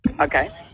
Okay